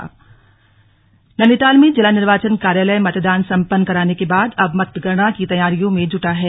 मतगणना तैयारी नैनीताल में जिला निर्वाचन कार्यालय मतदान संपन्न कराने के बाद अब मतगणना की तैयारी में जुट गया है